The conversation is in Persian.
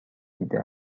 دیده